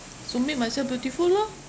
to make myself beautiful lor